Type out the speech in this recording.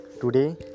today